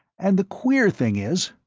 and the queer thing is,